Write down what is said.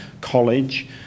college